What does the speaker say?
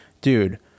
Dude